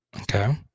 Okay